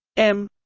m.